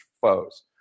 foes